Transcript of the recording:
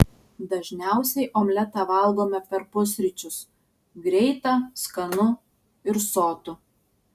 dažniausiai omletą valgome per pusryčius greita skanu ir sotu